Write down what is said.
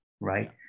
right